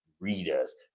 Readers